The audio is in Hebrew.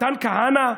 מתן כהנא,